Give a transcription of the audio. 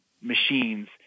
machines